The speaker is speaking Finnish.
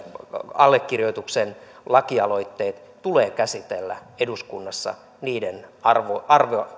allekirjoituksen lakialoitteet tulee käsitellä eduskunnassa niiden